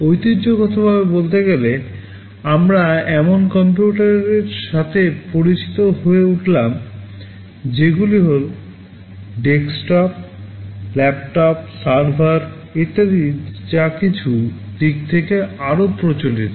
ঐতিহ্যগতভাবে বলতে গেলে আমরা এমন কম্পিউটারের সাথে পরিচিত হয়ে উঠলাম যেগুলি হয় ডেস্কটপ ল্যাপটপ সার্ভার ইত্যাদি যা কিছু দিক থেকে আরও প্রচলিত